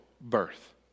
birth